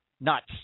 nuts